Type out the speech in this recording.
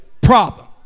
problem